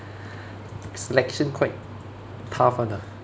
selection quite tough [one] ah